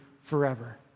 forever